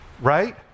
Right